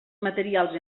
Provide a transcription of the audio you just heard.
materials